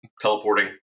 teleporting